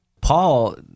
Paul